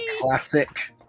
Classic